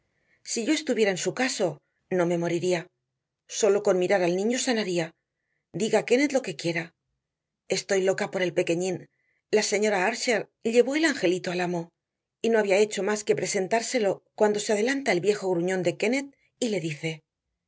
si yo estuviera en su caso no me moriría sólo con mirar al niño sanaría diga kennett lo que quiera estoy loca por el pequeñín la señora archer llevó el angelito al amo y no había hecho más que presentárselo cuando se adelanta el viejo gruñón de kennett y le dice